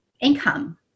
income